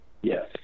Yes